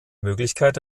möglichkeit